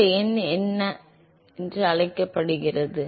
இந்த எண் என்ன அழைக்கப்படுகிறது